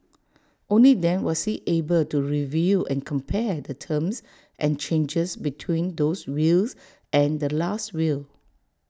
only then was he able to review and compare the terms and changes between those wills and the Last Will